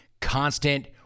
constant